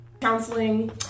Counseling